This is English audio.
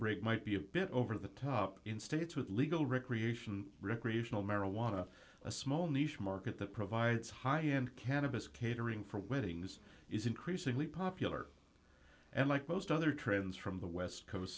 rate might be a bit over the top in states with legal recreational recreational marijuana a small niche market that provides high end cannabis catering for weddings is increasingly popular and like most other trends from the west coast